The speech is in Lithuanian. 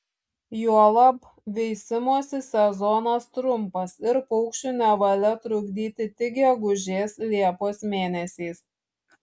juolab veisimosi sezonas trumpas ir paukščių nevalia trukdyti tik gegužės liepos mėnesiais